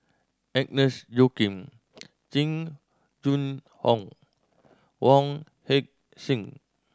Agnes Joaquim Jing Jun Hong Wong Heck Sing